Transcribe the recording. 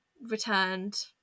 returned